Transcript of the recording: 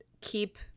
keep